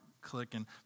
clicking